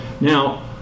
Now